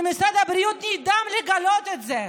משרד הבריאות נדהם לגלות את זה,